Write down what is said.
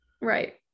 right